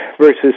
versus